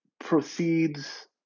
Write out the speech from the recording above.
proceeds